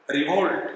Revolt